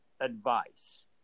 advice